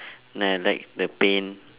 then I like the pain